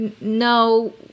no